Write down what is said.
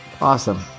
awesome